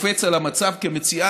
שקופץ על המצב כמציאה,